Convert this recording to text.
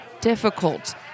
difficult